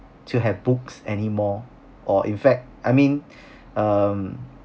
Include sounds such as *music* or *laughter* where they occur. to have books anymore or in fact I mean *breath* um